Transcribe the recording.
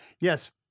Yes